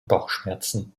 bauchschmerzen